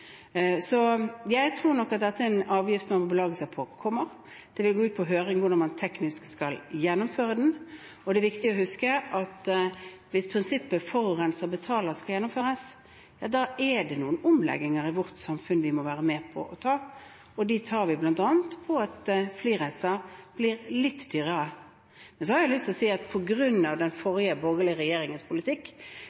Jeg tror nok dette er en avgift man må belage seg på at kommer. Det vil gå ut på høring hvordan man teknisk skal gjennomføre den. Det er viktig å huske at hvis prinsippet «forurenser betaler» skal gjennomføres, er det noen omlegginger i vårt samfunn vi må være med på å ta. De tar vi bl.a. på at flyreiser blir litt dyrere. Så har jeg lyst til å si at på grunn av den forrige borgerlige regjeringens politikk,